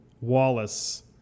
Wallace